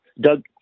Doug